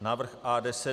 Návrh A10.